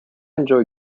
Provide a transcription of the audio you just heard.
enjoy